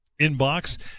inbox